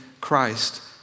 Christ